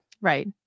Right